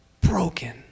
broken